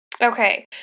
Okay